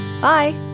Bye